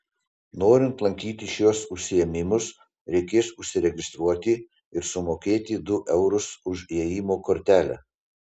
norint lankyti šiuos užsiėmimus reikės užsiregistruoti ir sumokėti du eurus už įėjimo kortelę